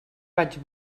vaig